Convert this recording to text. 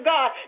God